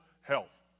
health